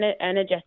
energetic